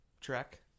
trek